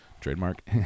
trademark